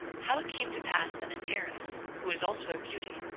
how it came to pass that an heiress, who was also a beauty,